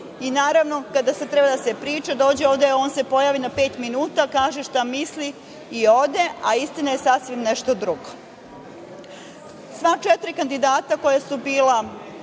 Naravno, kada treba da se dođe ovde i priča, on se pojavi na pet minuta, kaže šta misli i ode, a istina je sasvim nešto drugo. Sva četiri kandidata koja su bila